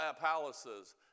palaces